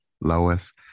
Lois